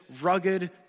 rugged